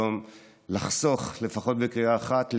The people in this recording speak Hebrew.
לחסוך לפחות בקריאה אחת,